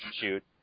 shoot